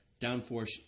downforce